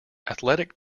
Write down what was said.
athletic